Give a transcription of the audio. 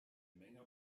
menge